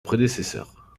prédécesseur